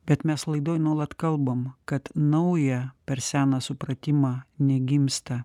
bet mes laidoj nuolat kalbam kad nauja per seną supratimą negimsta